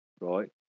right